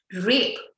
rape